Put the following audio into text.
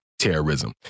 terrorism